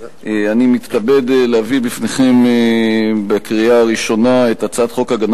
אני מתכבד להביא בפניכם לקריאה הראשונה את הצעת חוק הגנה